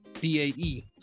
b-a-e